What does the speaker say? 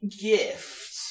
gift